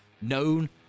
known